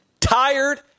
tired